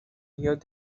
ríos